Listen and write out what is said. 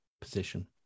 position